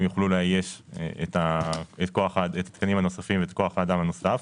יוכלו לאייש את התקנים הנוספים ואת כוח האדם הנוסף,